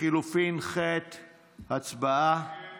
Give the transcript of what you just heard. לחלופין (ז) של קבוצת סיעת ש"ס, קבוצת סיעת